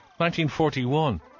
1941